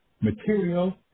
material